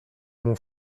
mon